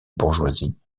bourgeoisie